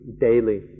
daily